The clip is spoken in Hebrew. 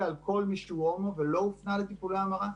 על כל מי שהוא הומו ולא הופנה לטיפולי המרה.